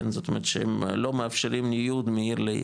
זאת אומרת שהם לא מאפשרים ניוד מעיר לעיר,